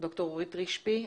דוקטור אורית רשפי,